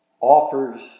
offers